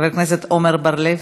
חבר הכנסת עמר בר-לב,